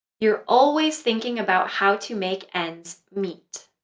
you're always thinking about how to make ends meet.